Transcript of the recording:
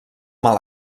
mal